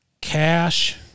Cash